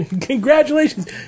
Congratulations